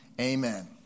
Amen